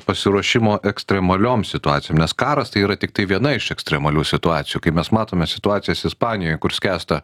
pasiruošimo ekstremaliom situacijom nes karas tai yra tiktai viena iš ekstremalių situacijų kai mes matome situacijas ispanijoj kur skęsta